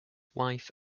wife